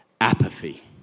apathy